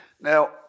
Now